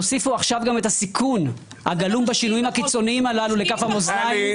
תוסיפו עכשיו גם את הסיכון הגלום בשינויים הקיצוניים הללו לכף המאזניים,